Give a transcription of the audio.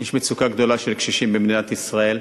יש מצוקה גדולה של קשישים במדינת ישראל,